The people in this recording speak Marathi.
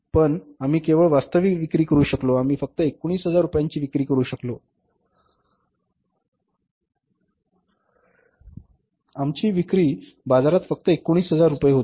पण आम्ही केवळ वास्तविक विक्री करू शकलो आम्ही फक्त 19000 रुपयांची विक्री करू शकलो आमची विक्री बाजारात फक्त 19000 रुपये होती